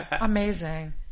Amazing